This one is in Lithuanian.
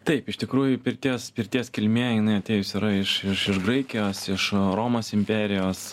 taip iš tikrųjų pirties pirties kilmė jinai atėjus yra iš iš iš graikijos iš romos imperijos